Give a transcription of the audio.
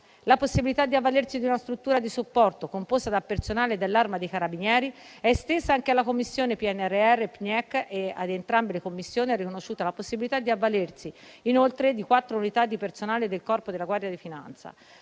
La possibilità di avvalersi di una struttura di supporto composta da personale dell'Arma dei carabinieri è estesa anche alla commissione PNRR-PNIEC, e ad entrambe le commissioni è riconosciuta la possibilità di avvalersi inoltre di quattro unità di personale del Corpo della guardia di finanza.